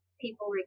people